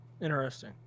interesting